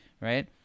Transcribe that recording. right